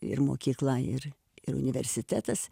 ir mokykla ir ir universitetas